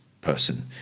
person